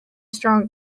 strong